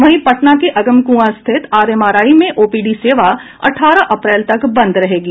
वहीं पटना के अगमकुंआ स्थित आरएमआरआई में ओपीडी सेवा अठारह अप्रैल तक बंद रहेगी